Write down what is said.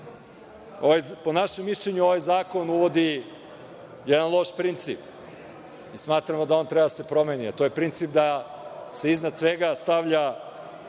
Po našem mišljenju, ovaj zakon uvodi jedan loš princip i smatramo da on treba da se promeni, a to je princip da se iznad svega stavlja